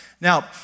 Now